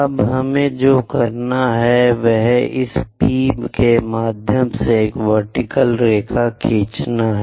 अब हमें जो करना है वह इस P के माध्यम से एक वर्टीकल रेखा खींचना है